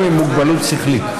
נחקרים עם מוגבלות שכלית.